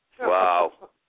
Wow